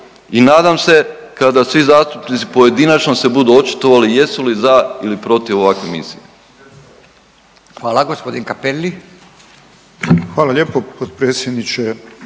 i nadam se kada svi zastupnici pojedinačno se budu očitovali jesu li za ili protiv ovakve misije. **Radin, Furio (Nezavisni)** Hvala. Gospodin Cappelli.